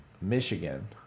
Michigan